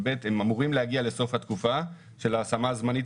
(ב) הם אמורים להגיע לסוף התקופה של ההשמה הזמנית